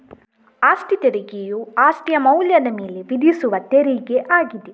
ಅಸ್ತಿ ತೆರಿಗೆಯು ಅಸ್ತಿಯ ಮೌಲ್ಯದ ಮೇಲೆ ವಿಧಿಸುವ ತೆರಿಗೆ ಆಗಿದೆ